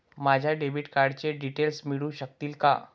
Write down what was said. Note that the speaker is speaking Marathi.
माझ्या डेबिट कार्डचे डिटेल्स मिळू शकतील का?